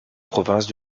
province